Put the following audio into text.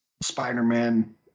spider-man